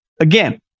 Again